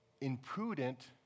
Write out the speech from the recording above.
imprudent